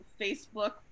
facebook